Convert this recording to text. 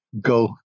Go